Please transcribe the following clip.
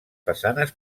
façanes